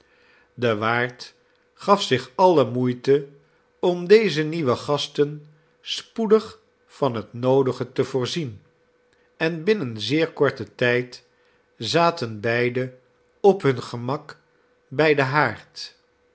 de waard gaf zich alle moeite om deze nieuwe gasten spoedig van het noodige te voorzien en binnen zeer korten tijd zaten beide op hun gemak bij den haard